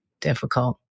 difficult